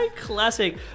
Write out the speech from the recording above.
Classic